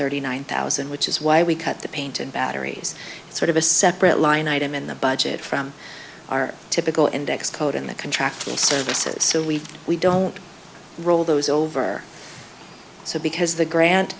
thirty nine thousand which is why we cut the paint and batteries sort of a separate line item in the budget from our typical index code in the contract services so we've we don't roll those over so because the grant